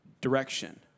direction